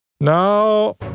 Now